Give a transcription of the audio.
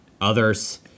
others